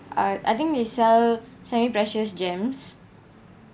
I I think they so semi precious gems